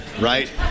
Right